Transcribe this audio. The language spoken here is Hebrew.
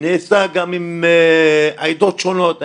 זה נעשה גם עם עדות שונות.